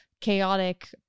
chaotic